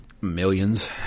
Millions